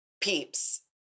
peeps